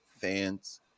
fans